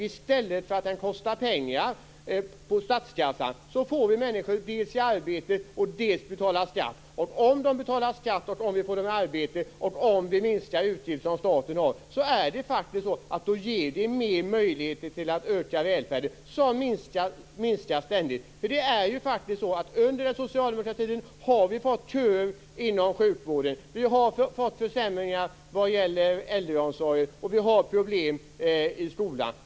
I stället för att den kostar statskassan pengar får vi dels människor i arbete och dels människor som betalar skatt. Och om de betalar skatt, om vi får dem i arbete och om vi minskar de utgifter som staten har ger det faktiskt mer möjligheter att öka välfärden, som ständigt minskar. Under den socialdemokratiska tiden har det faktiskt blivit köer inom sjukvården. Det har blivit försämringar när det gäller äldreomsorgen. Och vi har problem i skolan.